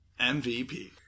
MVP